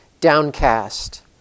downcast